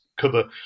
cover